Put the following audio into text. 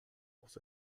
aus